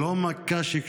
היא זה לא מכה שקשורה,